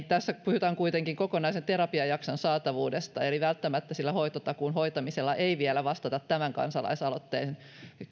tässä puhutaan kuitenkin kokonaisen terapiajakson saatavuudesta eli välttämättä sillä hoitotakuun hoitamisella ei vielä vastata tämän kansalaisaloitteen